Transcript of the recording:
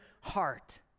heart